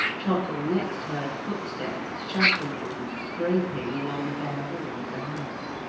trottle next heard footsteps shuffling and scraping along the bare hall of the house.